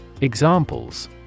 Examples